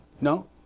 No